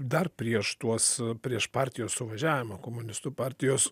dar prieš tuos prieš partijos suvažiavimą komunistų partijos